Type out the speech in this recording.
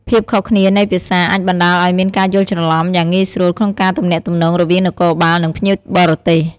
ភាពខុសគ្នានៃភាសាអាចបណ្តាលឲ្យមានការយល់ច្រឡំយ៉ាងងាយស្រួលក្នុងការទំនាក់ទំនងរវាងនគរបាល និងភ្ញៀវបរទេស។